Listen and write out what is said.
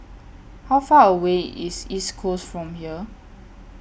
How Far away IS East Coast from here